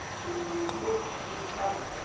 to move this house